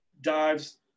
dives